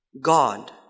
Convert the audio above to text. God